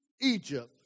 Egypt